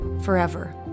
forever